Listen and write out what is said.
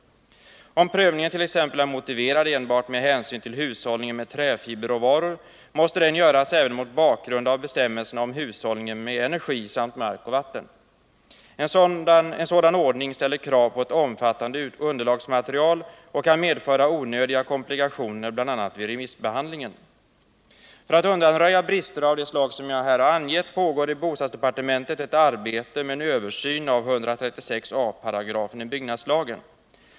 Om prövningen tt.ex. är motiverad enbart med hänsyn till hushållningen med träfiberråvaror, måste den göras även mot bakgrund av bestämmelserna om hushållning med energi samt mark och vatten. En sådan ordning ställer krav på ett omfattande underlagsmaterial och kan medföra onödiga komplikationer bl.a. vid remissbehandlingen. För att undanröja brister av det slag som jag här har angett pågår i bostadsdepartementet ett arbete med en översyn av 136 a § BL.